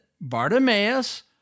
Bartimaeus